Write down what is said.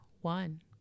one